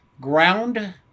ground